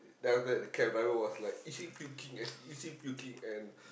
then after that the cab driver was like is he puking is is he puking and